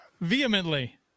Vehemently